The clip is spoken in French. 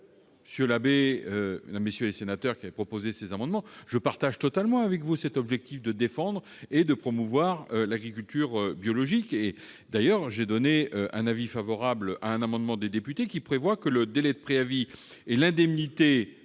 Monsieur Labbé, mesdames, messieurs les sénateurs qui avez défendu ces amendements, je partage totalement cet objectif de défense et de promotion de l'agriculture biologique. D'ailleurs, j'ai donné un avis favorable sur un amendement des députés qui visait à ce que le délai de préavis et l'indemnité